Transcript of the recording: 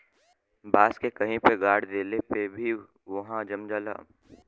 बांस के कहीं पे गाड़ देले पे भी उहाँ जम जाला